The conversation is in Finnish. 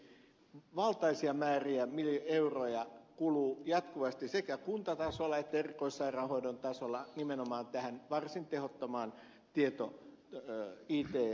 akaan penttilä totesi valtaisia määriä euroja kuluu jatkuvasti sekä kuntatasolla että erikoissairaanhoidon tasolla nimenomaan tähän varsin tehottomaan it materiaaliin